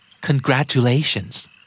Congratulations